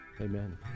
amen